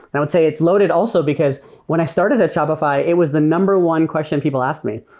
and i would say it's loaded also because when i started at shopify, it was the number one question people asked me.